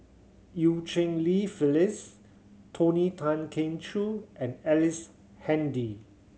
Eu Cheng Li Phyllis Tony Tan Keng Joo and Ellice Handy